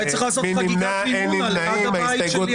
אולי צריך לעשות חגיגת מימונה ליד הבית של יריב לוין.